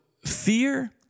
Fear